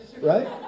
right